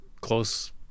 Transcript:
close